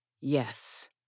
Yes